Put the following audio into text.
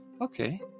okay